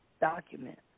document